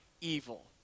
evil